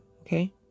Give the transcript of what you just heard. Okay